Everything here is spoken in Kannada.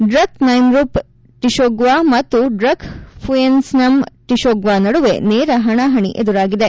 ಡ್ರಕ್ ನೈಮ್ರುಪ್ ಟಶೊಗ್ವಾ ಮತ್ತು ಡ್ರಕ್ ಪುಯೆನ್ಸಮ್ ಟಿಶೋಗ್ವಾ ನಡುವೆ ನೇರ ಹಣಾಹಣಿ ಎದುರಾಗಿದೆ